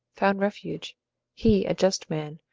found refuge he a just man,